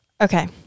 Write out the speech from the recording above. Okay